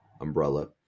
umbrella